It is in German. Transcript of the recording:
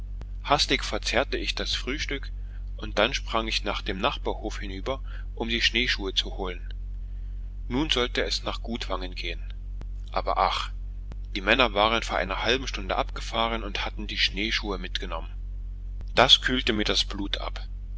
hastig verzehrte ich das frühstück und dann sprang ich nach dem nachbarhof hinüber um die schneeschuhe zu holen nun sollte es nach gudvangen gehen aber ach die männer waren vor einer halben stunde abgefahren und hatten die schneeschuhe mitgenommen das kühlte mir das blut ab